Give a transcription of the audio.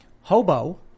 hobo